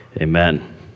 Amen